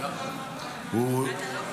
לא.